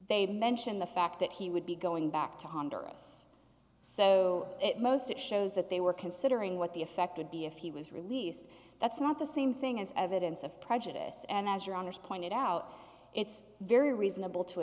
they mention the fact that he would be going back to honduras so it most shows that they were considering what the effect would be if he was released that's not the same thing as evidence of prejudice and as your honour's pointed out it's very reasonable to